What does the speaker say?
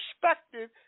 perspective